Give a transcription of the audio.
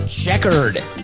Checkered